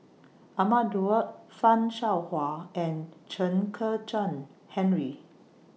Ahmad Daud fan Shao Hua and Chen Kezhan Henri